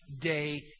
day